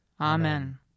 Amen